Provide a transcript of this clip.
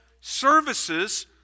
services